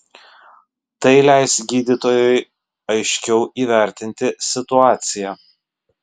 tai leis gydytojui aiškiau įvertinti situaciją